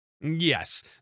Yes